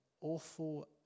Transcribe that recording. awful